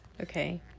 okay